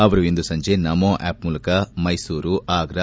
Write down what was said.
ಅವರು ಇಂದು ಸಂಜೆ ನಮೋ ಆ್ಲಪ್ ಮೂಲಕ ಮೈಸೂರು ಆಗ್ರ